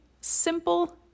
simple